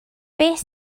beth